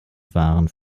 waren